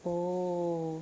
oh